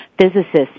physicists